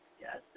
Yes